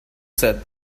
said